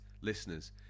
listeners